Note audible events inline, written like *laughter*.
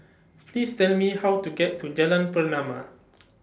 Please Tell Me How to get to Jalan Pernama *noise*